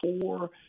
Four